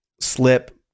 slip